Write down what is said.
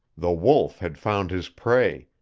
the wolf had found his prey,